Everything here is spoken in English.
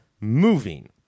moving